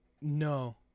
No